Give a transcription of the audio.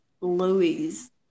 louise